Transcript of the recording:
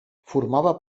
formava